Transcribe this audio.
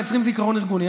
מייצרים זיכרון ארגוני,